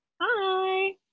Hi